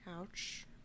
Ouch